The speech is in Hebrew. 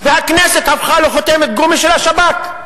והכנסת הפכה לחותמת גומי של השב"כ.